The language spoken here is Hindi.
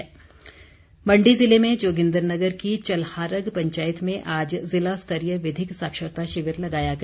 विधिक साक्षरता मण्डी ज़िले में जोगिन्द्रनगर की चल्हारग पंचायत में आज ज़िलास्तरीय विधिक साक्षरता शिविर लगाया गया